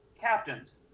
Captains